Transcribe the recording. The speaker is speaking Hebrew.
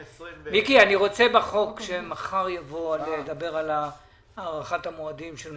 אני רוצה בחוק שמחר יבוא לדבר על הארכת המועדים של מס רכישה.